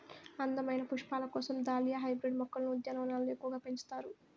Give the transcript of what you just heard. అందమైన పుష్పాల కోసం దాలియా హైబ్రిడ్ మొక్కలను ఉద్యానవనాలలో ఎక్కువగా పెంచుతారు